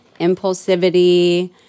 impulsivity